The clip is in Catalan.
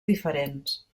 diferents